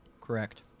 Correct